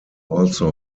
also